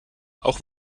auch